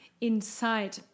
inside